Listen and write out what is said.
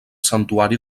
santuari